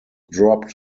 dropped